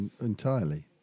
entirely